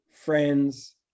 friends